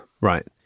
Right